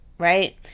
Right